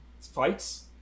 fights